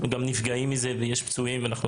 יש גם פצועים ונפגעים,